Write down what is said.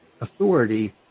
authority